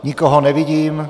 Nikoho nevidím.